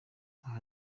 aho